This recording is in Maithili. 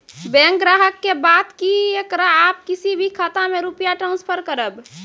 बैंक ग्राहक के बात की येकरा आप किसी भी खाता मे रुपिया ट्रांसफर करबऽ?